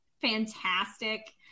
fantastic